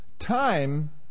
Time